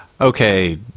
okay